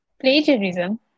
Plagiarism